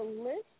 list